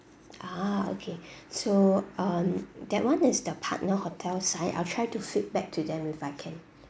ah okay so um that one is the partner hotel side I'll try to feedback to them if I can